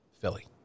Philly